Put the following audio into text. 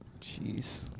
Jeez